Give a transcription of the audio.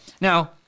Now